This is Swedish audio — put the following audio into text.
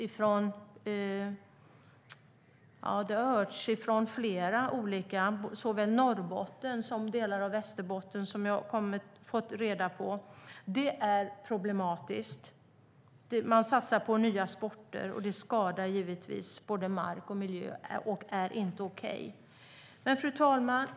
Jag har hört talas om den från flera olika håll, från såväl Norrbotten som delar av Västerbotten. Man satsar på nya sporter, och både mark och miljö skadas. Det är inte okej. Fru talman!